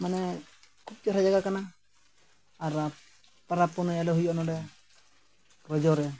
ᱢᱟᱱᱮ ᱠᱷᱩᱵᱽ ᱪᱮᱦᱨᱟ ᱡᱟᱭᱜᱟ ᱠᱟᱱᱟ ᱟᱨ ᱯᱚᱨᱚᱵᱽ ᱯᱩᱱᱟᱹᱭ ᱟᱞᱮ ᱦᱩᱭᱩᱜᱼᱟ ᱱᱚᱰᱮ ᱨᱚᱡᱚ ᱨᱮ